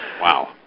Wow